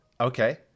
okay